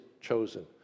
chosen